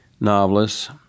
novelists